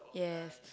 yes